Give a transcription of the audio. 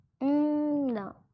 No